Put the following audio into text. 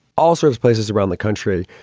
all sorts places around the country.